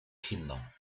kinder